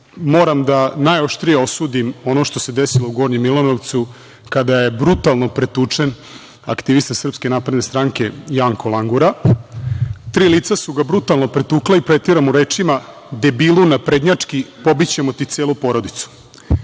moram da najoštrije osudim ono što se desilo u Gornjem Milanovcu, kada je brutalno pretučen aktivista SNS, Janko Langura. Tri lica su ga brutalno pretukla i pretila mu rečima - debilu naprednjački, pobićemo ti celu porodicu. Inače,